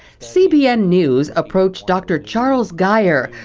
cbn news approached dr. charles dire,